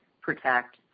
protect